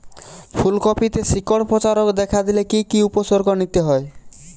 ফুলকপিতে শিকড় পচা রোগ দেখা দিলে কি কি উপসর্গ নিতে হয়?